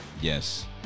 Yes